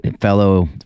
fellow